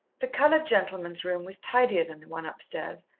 the coloured gentleman's room was tidier than the one upstairs,